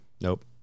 Nope